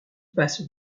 passe